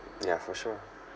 yeah for sure